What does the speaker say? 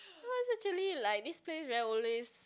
no is actually like this place very ulu is